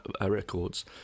records